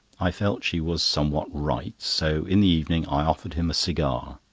i felt she was somewhat right, so in the evening i offered him a cigar.